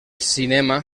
cinema